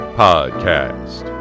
podcast